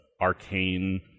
arcane